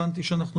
הבנתי שאנחנו